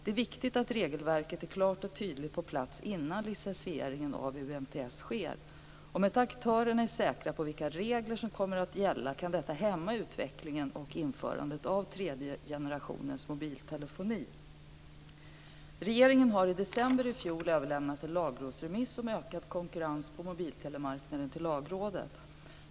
Det är viktigt att regelverket är klart och tydligt innan licensieringen av UMTS sker. Om inte aktörerna är säkra på vilka regler som sedan kommer att gälla kan detta hämma utvecklingen och införandet av tredje generationens mobiltelefoni. Regeringen har i december i fjol överlämnat en lagrådsremiss om ökad konkurrens på mobiltelemarknaden till Lagrådet.